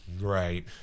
Right